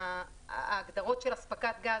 ההגדרות של "אספקת גז",